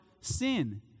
sin